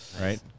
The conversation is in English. right